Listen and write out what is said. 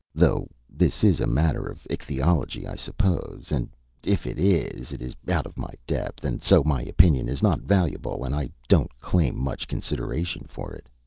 though this is a matter of ichthyology, i suppose and if it is, it is out of my depth, and so my opinion is not valuable, and i don't claim much consideration for it.